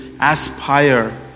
aspire